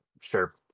Sure